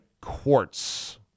Quartz